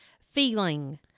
Feeling